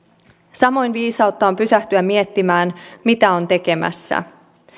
samoin viisautta on pysähtyä miettimään mitä on tekemässä